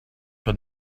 but